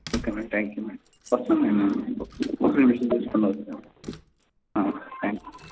okay madam thank you madam వస్త్నాను నేను ఒక ఫిఫ్టీన్ మినిట్స్లో వస్తున్నాను థ్యాంక్ యూ